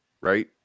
right